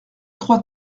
trois